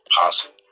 possible